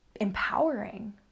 empowering